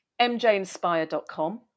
mjinspire.com